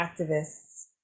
activists